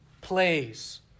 plays